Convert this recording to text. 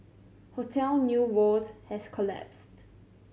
hotel New World has collapsed